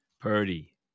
Purdy